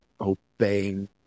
Obeying